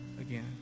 again